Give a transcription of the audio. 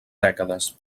dècades